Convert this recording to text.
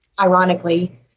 ironically